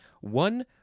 One